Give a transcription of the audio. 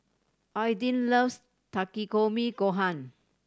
Aydin loves Takikomi Gohan